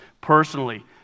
personally